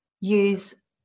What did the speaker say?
Use